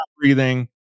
breathing